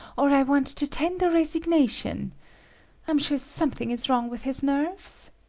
or i want to tender resignation i'm sure something is wrong with his nerves.